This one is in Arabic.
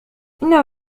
إنه